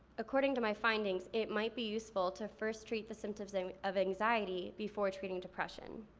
according to my findings it might be useful to first treat the symptoms um of anxiety before treating depression.